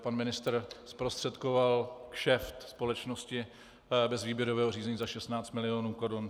Pan ministr zprostředkoval kšeft společnosti bez výběrového řízení za 16 milionů korun.